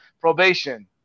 probation